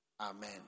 Amen